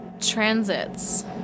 transits